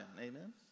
Amen